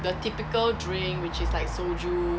the typical drink which is like soju